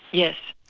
yes.